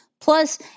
plus